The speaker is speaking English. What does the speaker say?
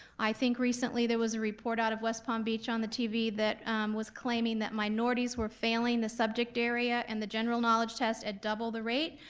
i think recently, there was a report out of west palm beach on the tv that was claiming that minorities were failing the subject area and the general knowledge test at double the rate.